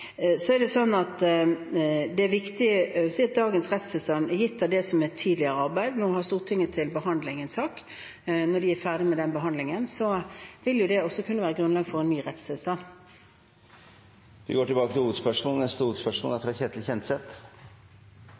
Så er det sånn at det er viktig å si at dagens rettstilstand er gitt av det som er tidligere arbeid. Nå har Stortinget en sak til behandling. Når de er ferdig med den behandlingen, vil det også kunne være grunnlag for en ny rettstilstand. Vi går videre til neste hovedspørsmål. Regjeringa har vært en troverdig pådriver og